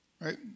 Right